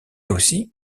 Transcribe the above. aussi